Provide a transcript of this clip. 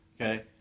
okay